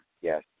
Yes